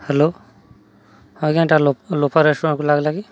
hello ହଁ ଆଜ୍ଞା ଏଇଟା ଲୋ ଲୋପା ରେଷ୍ଟୁରାଣ୍ଟକୁ ଲାଗ୍ଲା କି